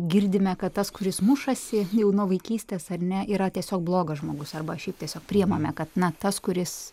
girdime kad tas kuris mušasi jau nuo vaikystės ar ne yra tiesiog blogas žmogus arba šiaip tiesiog priimame kad na tas kuris